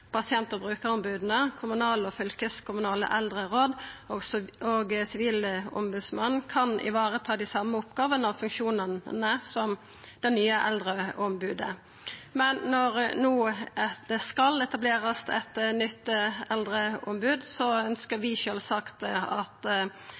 Pasient- og brukerombodet, kommunale- og fylkeskommunale eldreråd og Sivilombodsmannen, kan vareta dei same oppgåvene og funksjonane som det nye eldreombodet. Men når det no skal etablerast eit nytt eldreombod,